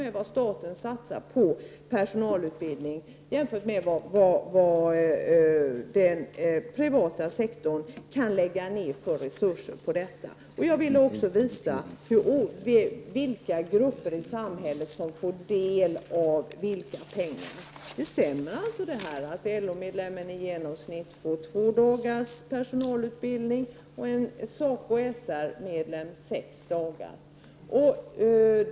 Det som staten satsar på personalutbildning är faktiskt ”småpotatis” jämfört med de resurser som den privata sektorn lägger ned. Jag ville också visa vilka grupper i samhället som får del av pengarna. Det stämmer alltså att LO-medlemmen i genomsnitt får två dagars personalutbildning, medan SACO/SR-medlemmen får sex dagars personalutbildning.